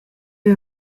you